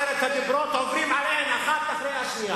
עוברים עליהם, אחד אחרי השני.